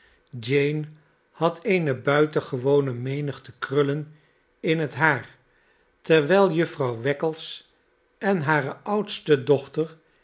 jane had eene buitengewone menigte krullen in het haar terwijl jufvrouw wackles en hare oudste dochter